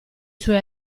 suoi